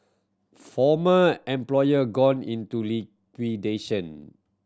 former employer gone into liquidation